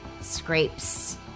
scrapes